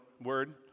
word